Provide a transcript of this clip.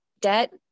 debt